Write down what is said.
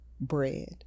bread